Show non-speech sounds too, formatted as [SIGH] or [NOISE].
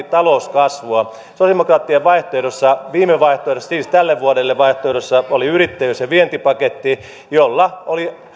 [UNINTELLIGIBLE] talouskasvua sosialidemokraattien viime vaihtoehdossa siis tälle vuodelle vaihtoehdossa oli yrittäjyys ja vientipaketti jolla oli